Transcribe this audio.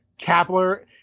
Kapler